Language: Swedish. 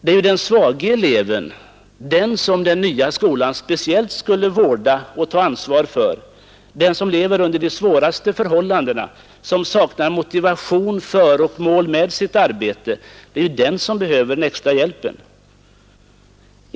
Det är ju den svage eleven, den som den nya skolan speciellt skulle vårda och ta ansvar för, den som lever under de svåraste förhållandena och som saknar motivation och mål för sitt arbete, som behöver den extra hjälpen.